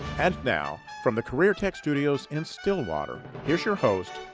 and now, from the careertech studios in stillwater, here's your host,